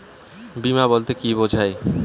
বিমা বলতে কি বোঝায়?